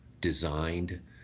designed